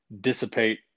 dissipate